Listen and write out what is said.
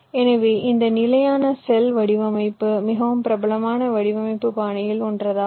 எனவே இந்த நிலையான செல் வடிவமைப்பு மிகவும் பிரபலமான வடிவமைப்பு பாணியில் ஒன்றாகும்